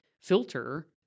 filter